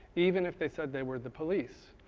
even if they said they were the police,